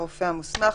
"הרופא המוסמך"